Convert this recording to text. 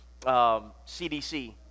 CDC